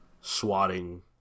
swatting